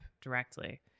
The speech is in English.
directly